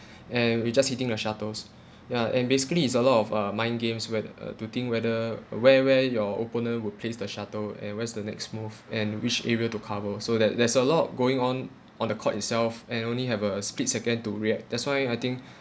and we just hitting the shuttles ya and basically is a lot of uh mind games when uh to think whether where where your opponent will place the shuttle and where's the next move and which area to cover so that there's a lot going on on the court itself and only have a split second to react that's why I think